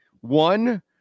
one